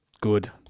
Good